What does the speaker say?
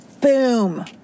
boom